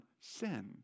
sin